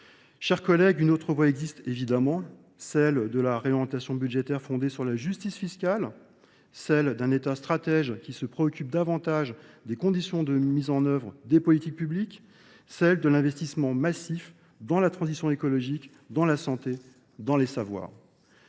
Chers collègues, une autre voie existe évidemment, celle de la réorientation budgétaire fondée sur la justice fiscale, celle d'un état stratège qui se préoccupe davantage des conditions de mise en œuvre des politiques publiques, celle de l'investissement massif dans la transition écologique, dans la santé, dans les savoirs.